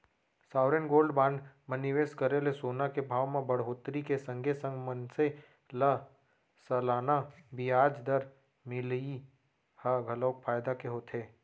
sovereign gold bond म निवेस करे ले सोना के भाव म बड़होत्तरी के संगे संग मनसे ल सलाना बियाज दर मिलई ह घलोक फायदा के होथे